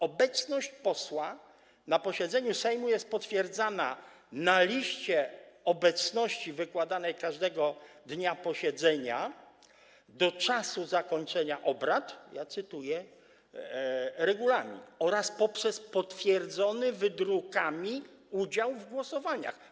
Obecność posła na posiedzeniu Sejmu jest potwierdzana na liście obecności wykładanej każdego dnia posiedzenia do czasu zakończenia obrad - ja cytuję regulamin - oraz poprzez potwierdzony wydrukami udział w głosowaniach.